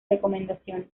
recomendaciones